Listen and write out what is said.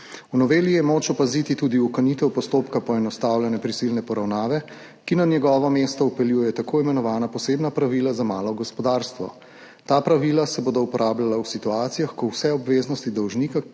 V noveli je moč opaziti tudi ukinitev postopka poenostavljene prisilne poravnave, ki na njegovo mesto vpeljuje tako imenovana posebna pravila za malo gospodarstvo. Ta pravila se bodo uporabljala v situacijah, ko vse obveznosti dolžnika,